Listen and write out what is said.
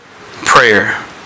prayer